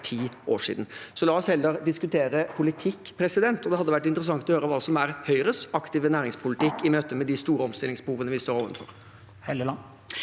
La oss heller diskutere politikk. Det hadde vært interessant å høre hva som er Høyres aktive næringspolitikk i møte med de store omstillingsbehovene vi står overfor.